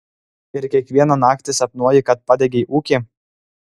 ir kiekvieną naktį sapnuoji kad padegei ūkį